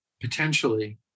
potentially